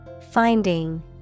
Finding